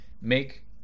make